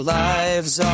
lives